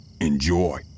enjoy